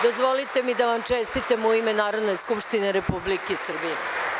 Dozvolite mi da vam čestitam u ime Narodne skupštine Republike Srbije.